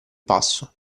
passo